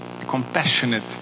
compassionate